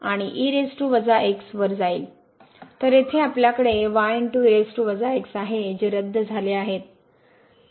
तर येथे आपल्याकडे आहे जे रद्द झाले आहेत